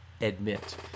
admit